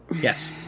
Yes